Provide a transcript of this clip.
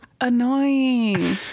annoying